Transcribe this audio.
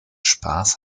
spaß